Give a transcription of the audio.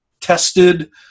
tested